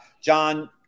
John –